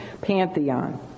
pantheon